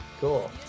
Cool